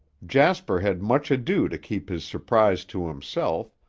jasper had much ado to keep his surprise to himself,